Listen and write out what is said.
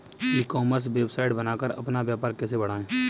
E commerce website बनाकर अपना व्यापार कैसे बढ़ाएँ?